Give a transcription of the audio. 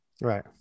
Right